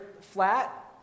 flat